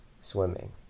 swimming